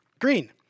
Green